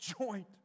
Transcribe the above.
joint